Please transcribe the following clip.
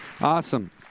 Awesome